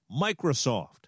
Microsoft